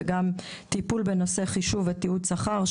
וגם טיפול בנושא חישוב ותיעוד שכר,